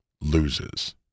loses